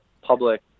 public